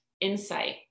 insight